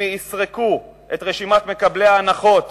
אם יסרקו את רשימת מקבלי ההנחות